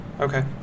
okay